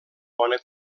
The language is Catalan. bona